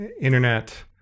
internet